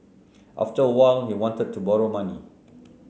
after a while he wanted to borrow money